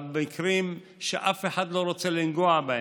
במקרים שאף אחד לא רוצה לנגוע בהם,